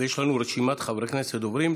יש לנו רשימת חברי כנסת דוברים.